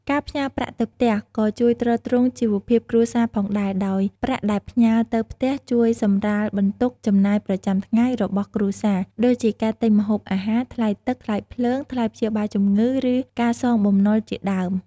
ការផ្ញើប្រាក់ទៅផ្ទះក៏ជួយទ្រទ្រង់ជីវភាពគ្រួសារផងដែរ ដោយប្រាក់ដែលផ្ញើទៅផ្ទះជួយសម្រាលបន្ទុកចំណាយប្រចាំថ្ងៃរបស់គ្រួសារ ដូចជាការទិញម្ហូបអាហារ ថ្លៃទឹក ថ្លៃភ្លើង ថ្លៃព្យាបាលជំងឺ ឬការសងបំណុលជាដើម។